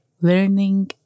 learning